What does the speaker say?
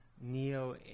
neo